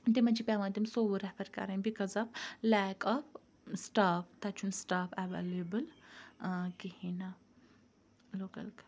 تِمَن چھِ پیٚوان تِم صووُر ریٚفَر کَرٕنۍ because of lack of staff تَتہِ چھُنہِ سٹاف اَویلیبل کِہینۍ نہٕ